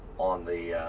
on the